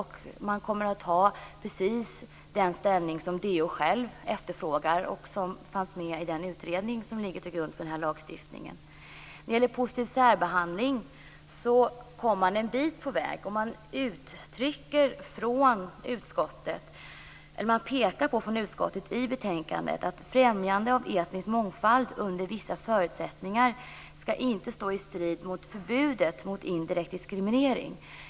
Ställningen kommer att bli den DO själv efterfrågar och som föreslogs i den utredning som ligger till grund för lagstiftningen. I fråga om positiv särbehandling har man kommit en bit på väg. Utskottet pekar i betänkandet på att främjande av etnisk mångfald under vissa förutsättningar inte skall stå i strid mot förbudet mot indirekt diskriminering.